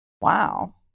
Wow